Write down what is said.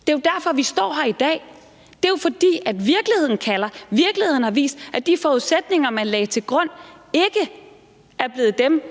Det er jo derfor, vi står her i dag – det er jo, fordi virkeligheden kalder. Virkeligheden har vist, at de forudsætninger, man lagde til grund, ikke er blevet dem,